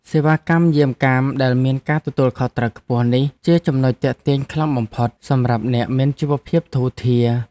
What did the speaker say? សេវាកម្មយាមកាមដែលមានការទទួលខុសត្រូវខ្ពស់នេះជាចំណុចទាក់ទាញខ្លាំងបំផុតសម្រាប់អ្នកមានជីវភាពធូរធារ។